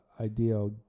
ideal